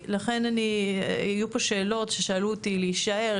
היו פה שאלות, ששאלו אותי "להישאר?